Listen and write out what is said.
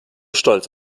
stolz